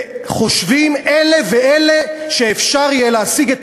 וחושבים אלה ואלה שאפשר יהיה להשיג את